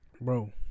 Bro